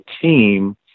team